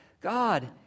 God